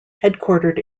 headquartered